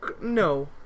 No